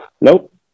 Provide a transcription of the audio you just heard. Nope